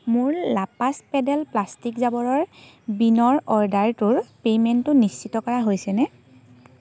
মোৰ লাপ্লাষ্ট pedal plastic জাবৰৰ বিনৰ অৰ্ডাৰটোৰ পে'মেণ্টটো নিশ্চিত কৰা হৈছেনে